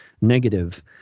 negative